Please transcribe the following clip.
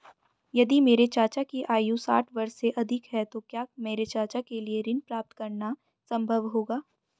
यदि मेरे चाचा की आयु साठ वर्ष से अधिक है तो क्या मेरे चाचा के लिए ऋण प्राप्त करना संभव होगा?